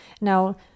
Now